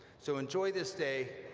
so, enjoy this day,